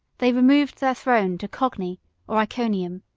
they removed their throne to cogni or iconium,